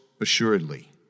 assuredly